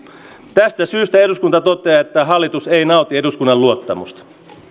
tästä syystä eduskunta toteaa että hallitus ei nauti eduskunnan luottamusta